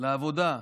לעבודה,